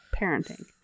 Parenting